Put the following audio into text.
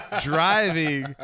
driving